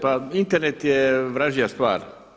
Pa Internet je vražja stvar.